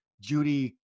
Judy